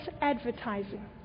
advertising